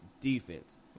defense